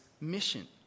mission